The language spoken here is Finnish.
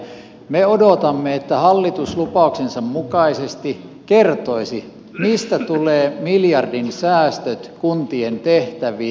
me odotamme että hallitus lupauksensa mukaisesti kertoisi mistä tulee miljardin säästöt kuntien tehtäviin